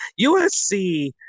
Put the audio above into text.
USC